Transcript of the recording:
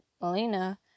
Melina